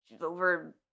over